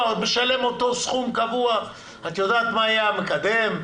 ומשלם אותו סכום קבוע את יודעת מה יהיה המקדם?